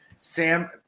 Sam